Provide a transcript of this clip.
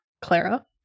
Clara